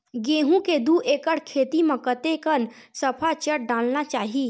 गेहूं के दू एकड़ खेती म कतेकन सफाचट डालना चाहि?